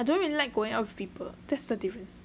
I don't really like going out with people that's the difference